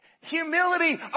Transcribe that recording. Humility